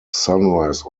sunrise